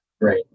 Right